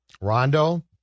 Rondo